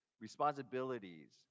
responsibilities